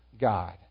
God